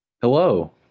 Hello